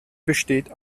besteht